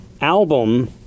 album